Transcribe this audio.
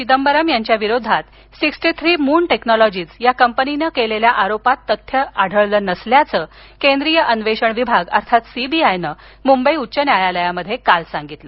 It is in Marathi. चिदंबरम यांच्याविरोधात सिक्स्टी थ्री मून टेव्नॉलॉजीज या कंपनीनं केलेल्या आरोपात तथ्य आढळलं नसल्याचं केंद्रीय अन्वेषण विभाग अर्थात सीबीआयनं मुंबई उच्च न्यायालयात काल सांगितलं